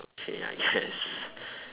okay I guess